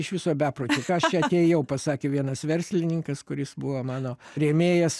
iš viso bepročiai ką aš atėjau pasakė vienas verslininkas kuris buvo mano rėmėjas